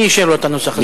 מי אישר לו את הנוסח הזה?